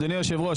אדוני היושב ראש,